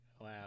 wow